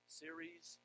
series